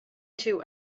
two